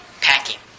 packing